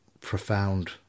profound